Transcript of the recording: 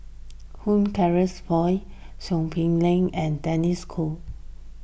Hugh Charles Clifford Seow Poh Leng and Denis D'Cotta